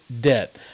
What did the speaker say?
debt